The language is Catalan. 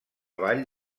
vall